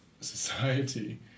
society